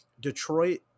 Detroit